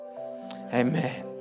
Amen